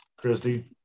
Christy